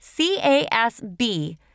CASB